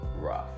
rough